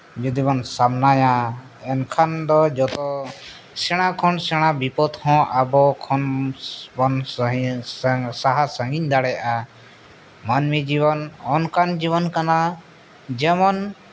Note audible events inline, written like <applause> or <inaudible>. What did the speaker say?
ᱡᱩᱫᱤ ᱵᱚᱱ ᱥᱟᱢᱱᱟᱭᱟ ᱮᱱᱠᱷᱟᱱ ᱫᱚ ᱡᱚᱛᱚ ᱥᱮᱬᱟ ᱠᱷᱚᱱ ᱥᱮᱬᱟ ᱵᱤᱯᱚᱫᱽ ᱦᱚᱸ ᱟᱵᱚ ᱠᱷᱚᱱ ᱵᱚᱱ <unintelligible> ᱥᱟᱦᱟᱼᱥᱟᱺᱜᱤᱧ ᱫᱟᱲᱮᱭᱟᱜᱼᱟ ᱢᱟᱱᱢᱤ ᱡᱤᱭᱚᱱ ᱚᱱᱠᱟᱱ ᱡᱤᱭᱚᱱ ᱠᱟᱱᱟ ᱡᱮᱢᱚᱱ